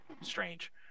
strange